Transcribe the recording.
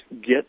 get